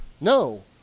No